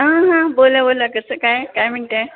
हां हां बोला बोला कसं काय काय म्हणताय